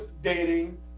dating